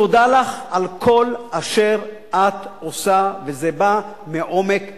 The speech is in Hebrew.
תודה לך על כל מה שאת עושה, וזה בא מעומק הלב,